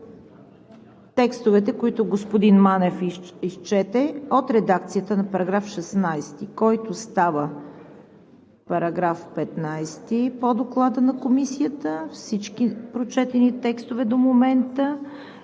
текстовете, които господин Манев изчете – от редакцията на § 16, който става § 15 по Доклада на Комисията, всички прочетени текстове до момента